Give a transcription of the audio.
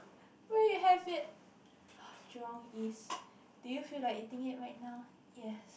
where you have it do you feel like eating it right now